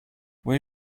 where